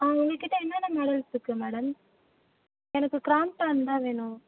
ஆ உங்கள் கிட்டே என்னென்ன மாடல்ஸ் இருக்குது மேடம் எனக்கு கிராம்ட்டான் தான் வேணும்